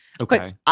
Okay